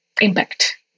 impact